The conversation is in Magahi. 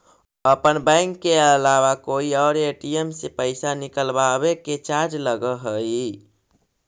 अपन बैंक के अलावा कोई और ए.टी.एम से पइसा निकलवावे के चार्ज लगऽ हइ